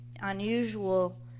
unusual